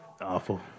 Awful